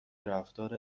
رفتار